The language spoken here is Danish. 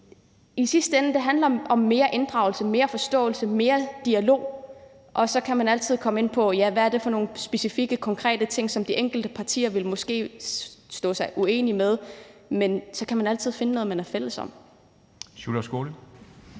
sidste ende handler om mere inddragelse, mere forståelse og mere dialog, og så kan man altid komme ind på, hvad det er for nogle specifikke og konkrete ting, som de enkelte partier måske vil være uenige om. Men så kan man altid finde noget, man er fælles om.